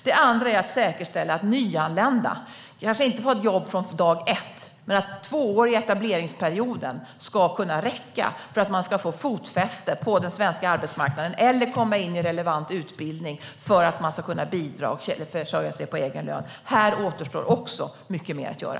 Den andra utmaningen är att säkerställa kanske inte att nyanlända får jobb från dag ett men att den tvååriga etableringsperioden ska kunna räcka för att man ska få fotfäste på den svenska arbetsmarknaden eller komma in i relevant utbildning för att kunna bidra och försörja sig på egen lön. Här återstår också mycket mer att göra.